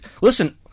listen